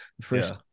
first